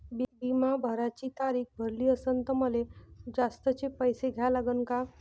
बिमा भराची तारीख भरली असनं त मले जास्तचे पैसे द्या लागन का?